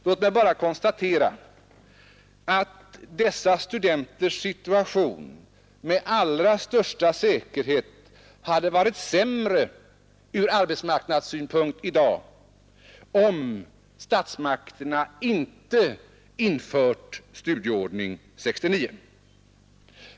Låt mig bara konstatera att dessa studenters situation med allra största säkerhet hade varit sämre ur arbetsmarknadssynpunkt i dag om statsmakterna inte infört Studieordning 1969.